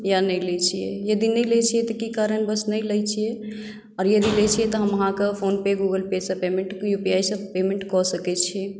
या नहि लै छियै यदि नहि लै छियै तऽ की कारणवश नहि लै छियै आओर यदि लै छियै तऽ हम अहाँके फोनपे गुगल पे से यु पी आई से पेमेण्ट कऽ सकै छी